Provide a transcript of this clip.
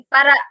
Para